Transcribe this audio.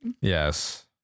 Yes